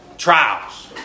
trials